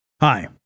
Hi